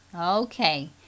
Okay